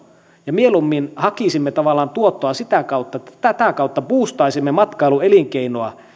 ja mieluummin hakisimme tavallaan tuottoa sitä kautta että buustaisimme sinne matkailu elinkeinoa